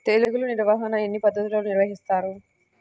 తెగులు నిర్వాహణ ఎన్ని పద్ధతులలో నిర్వహిస్తారు?